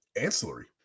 Ancillary